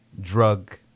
drug